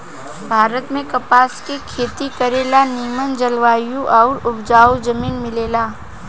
भारत में कपास के खेती करे ला निमन जलवायु आउर उपजाऊ जमीन मिलेला